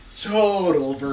Total